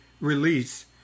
release